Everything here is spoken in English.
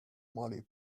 molly